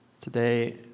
Today